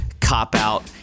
cop-out